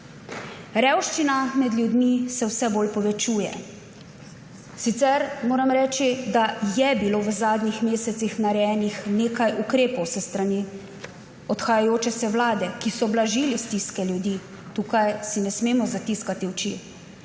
Revščina med ljudmi se vse bolj povečuje. Sicer moram reči, da je bilo v zadnjih mesecih narejenih nekaj ukrepov s strani odhajajoče vlade, ki so blažili stiske ljudi, tukaj si ne smemo zatiskati oči.